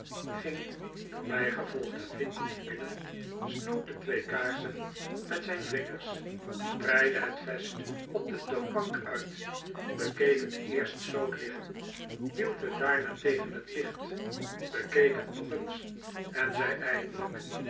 ging door mij gevolgd het winkeltje binnen snoot de twee kaarsen met zijn vingers spreidde het vest op de toonbank uit bekeek het eerst zoo liggend hield het daarna tegen het licht bekeek het nog eens en zei eindelijk